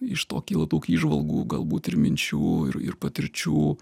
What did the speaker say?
iš to kyla daug įžvalgų galbūt ir minčių ir patirčių